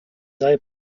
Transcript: sei